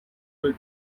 week